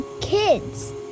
kids